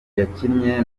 yakinnye